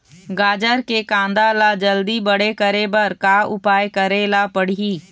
गाजर के कांदा ला जल्दी बड़े करे बर का उपाय करेला पढ़िही?